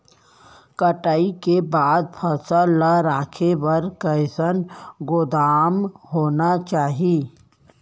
कटाई के बाद फसल ला रखे बर कईसन गोदाम होना चाही?